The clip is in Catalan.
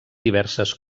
diverses